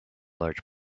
large